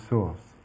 Source